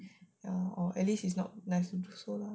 ya or at least it's not nice to do so lah